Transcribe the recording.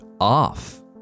off